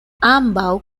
ambaŭ